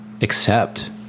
accept